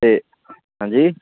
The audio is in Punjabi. ਅਤੇ ਹਾਂਜੀ